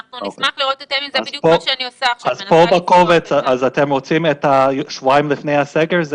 אז אתם רוצים שבועיים לפני הסגר?